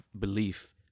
belief